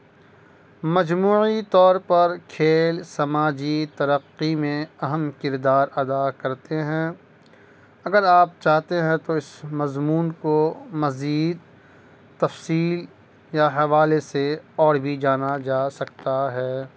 مجموعی طور پر کھیل سماجی ترقی میں اہم کردار ادا کرتے ہیں اگر آپ چاہتے ہیں تو اس مضمون کو مزید تفصیل یا حوالے سے اور بھی جانا جا سکتا ہے